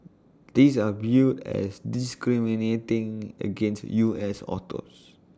these are viewed as discriminating against U S autos